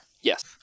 Yes